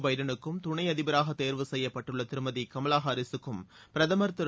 பைடனுக்கும் துணை அதிபராக தேர்வு செய்யப்பட்டுள்ள திருமதி கமலா ஹாரிகக்கும் பிரதமர் திரு